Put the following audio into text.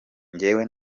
njyewe